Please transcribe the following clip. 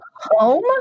home